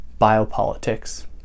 biopolitics